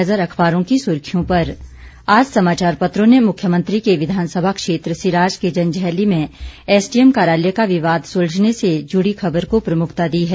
नज़र अखबारों की सुर्खियों पर आज समाचार पत्रों ने मुख्यमंत्री के विधानसभा क्षेत्र सिराज के जंजैहली में एसडीएम कार्यालय का विवाद सुलझने से जुड़ी खबर को प्रमुखता दी है